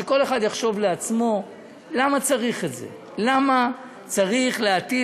שכל אחד יחשוב לעצמו למה צריך את זה: למה צריך להטיל